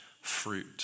fruit